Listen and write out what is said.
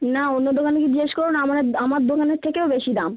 না অন্য দোকানে গিয়ে জিজ্ঞেস করুন আমার দোকানের থেকেও বেশি দাম